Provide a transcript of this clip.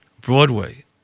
Broadway